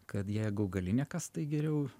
kad jeigu gali nekast tai geriau